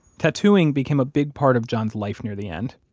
tattooing became a big part of john's life near the end,